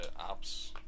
apps